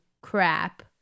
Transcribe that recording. crap